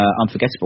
unforgettable